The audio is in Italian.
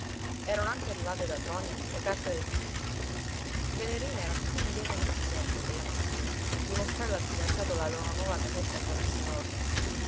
erano anche arrivate da trondhjem le carte del cleen venerina era cosí lieta e impaziente quella mattina di mostrare al fidanzato la loro nuova casetta già messa in ordine